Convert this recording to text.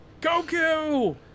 Goku